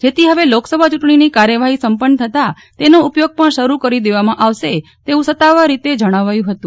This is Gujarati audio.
જેથી ફવે લોકસભા ચુંટણીની કાર્યવાફી સંપન્ન થતાં તેનો ઉપયોગ પણ શરૂ કરી દેવામાં આવેશ્ને તેવુ સતાવાર રીતે જણાવાયુ હતું